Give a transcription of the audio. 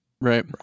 right